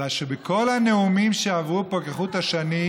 אלא שבכל הנאומים כאן עברה כחוט השני